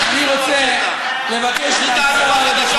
אל תטיף לנו רק,